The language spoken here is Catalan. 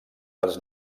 dels